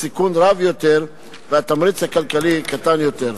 הסיכון רב יותר והתמריץ הכלכלי קטן יותר.